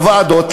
הוועדות,